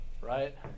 right